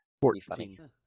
fourteen